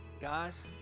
Guys